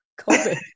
COVID